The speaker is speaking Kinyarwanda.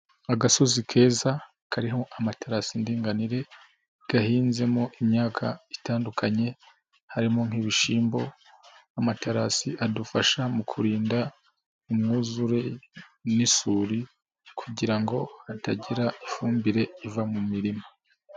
Agasozi keza kariho amaterasi y'indinganire, gahinzemo imyaka itandukanye, harimo nk'ibishyimbo, amaterasi adufasha mu kurinda imyuzure n'isuri, kugira ngo hatagira ifumbire iva mu mirima.